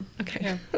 okay